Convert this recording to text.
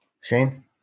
Shane